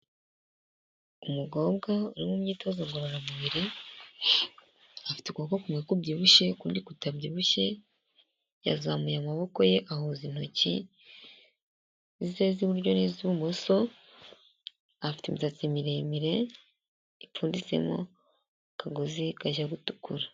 Umukobwa uri mu myitozo ngororamubiri afite ukuboko kumwe kubyibushye ukundi kutabyibushye, yazamuye amaboko ye ahuza intoki ze z'iburyo n'ibumoso, afite imisatsi miremire ipfunditsemo akagozi kajya gutukura.